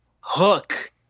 hook